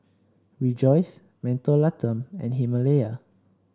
Rejoice Mentholatum and Himalaya